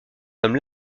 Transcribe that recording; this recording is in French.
comme